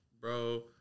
bro